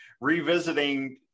revisiting